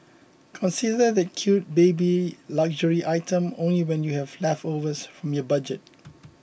consider that cute baby luxury item only when you have leftovers from your budget